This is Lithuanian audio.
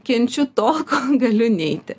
kenčiu tol kol galiu neiti